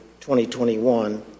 2021